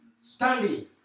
standing